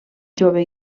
jove